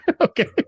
Okay